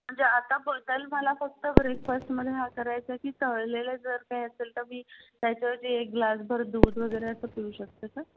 म्हणजे आता बदल मला फक्त ब्रेकफास्टमध्ये हा करायचा की तळलेलं जर काही असेल तर मी त्याच्याएवजी एक ग्लासभर दूध वगैरे असं पिऊ शकते का